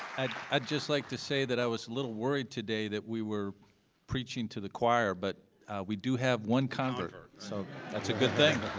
i'd just like to say that i was a little worried today that we were preaching to the choir but we do have one convert so that's a good thing.